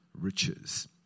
riches